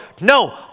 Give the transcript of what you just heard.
No